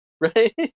right